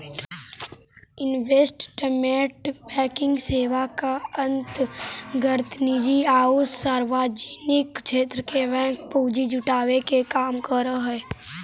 investment banking सेवा के अंतर्गत निजी आउ सार्वजनिक क्षेत्र के बैंक पूंजी जुटावे के काम करऽ हइ